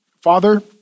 father